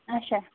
اَچھا